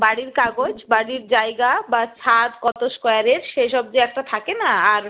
বাড়ির কাগজ বাড়ির জায়গা বা ছাদ কত স্কোয়্যারের সেসব যে একটা থাকে না আর